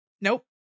Nope